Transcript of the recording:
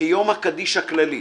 כיום הקדיש הכללי.